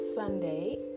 Sunday